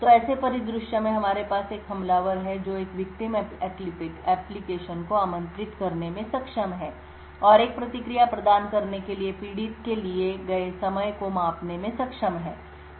तो ऐसे परिदृश्य में हमारे पास एक हमलावर है जो एक विक्टिम एप्लीकेशन को आमंत्रित करने में सक्षम है और एक प्रतिक्रिया प्रदान करने के लिए पीड़ित के लिए लिए गए समय को मापने में सक्षम है